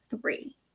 Three